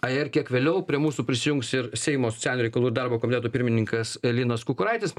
ai ir kiek vėliau prie mūsų prisijungs ir seimo socialinių reikalų ir darbo komiteto pirmininkas linas kukuraitis